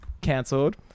cancelled